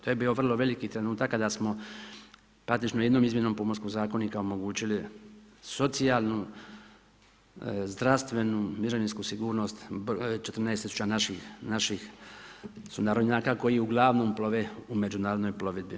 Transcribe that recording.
To je bio vrlo veliki trenutak kada smo praktično jednom izmjenom pomorskog zakonima omogućili socijalnu, zdravstvenu, mirovinsku sigurnost, 14 tisuća naših sunarodnjaka koji uglavnom plove u međunarodnoj plovidbi.